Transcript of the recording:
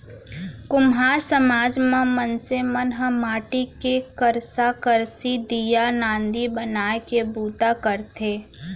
कुम्हार समाज म मनसे मन ह माटी के करसा, करसी, दीया, नांदी बनाए के बूता करथे